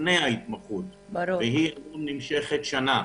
לפני ההתמחות והיא נמשכת שנה.